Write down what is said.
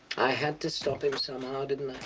i had to stop him somehow didn't